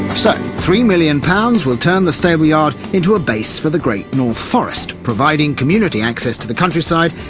so three million pounds will turn the stable-yard into a base for the great north forest, providing community access to the countryside,